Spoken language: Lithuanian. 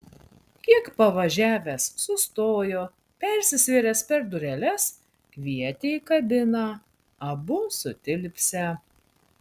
kiek pavažiavęs sustojo persisvėręs per dureles kvietė į kabiną abu sutilpsią